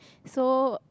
so